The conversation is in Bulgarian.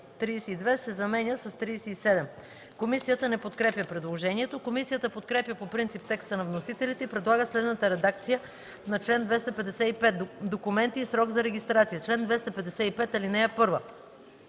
„32” се заменя с „37”. Комисията не подкрепя предложението. Комисията подкрепя по принцип текста на вносителите и предлага следната редакция на чл. 255: Документи и срок за регистрация Чл. 255.